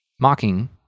mocking